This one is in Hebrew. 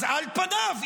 אז על פניו,